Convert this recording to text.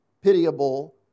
pitiable